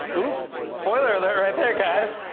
oops. spoiler alert right there, guys.